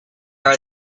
are